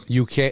UK